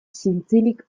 zintzilik